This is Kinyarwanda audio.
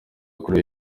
koreya